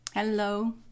Hello